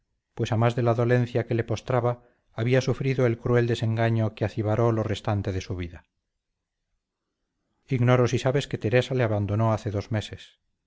pues a más de la dolencia que le postraba había sufrido el cruel desengaño que acibaró lo restante de su vida ignoro si sabes que teresa le abandonó hace dos meses